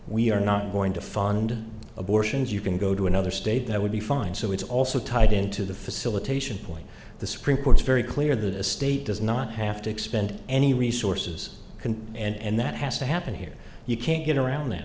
we are not going to fund abortions you can go to another state that would be fine so it's also tied into the facilitation point the supreme court's very clear that the state does not have to expend any resources can and that has to happen here you can't get around